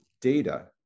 data